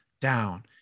down